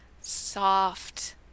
soft